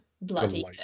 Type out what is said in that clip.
bloody